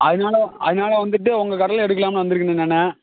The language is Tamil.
அதனால் அதனால் வந்துட்டு உங்கள் கடையில் எடுக்கலாம்னு வந்திருக்கேண்ணே நான்